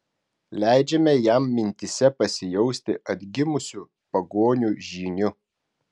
leidžiame jam mintyse pasijausti atgimusiu pagonių žyniu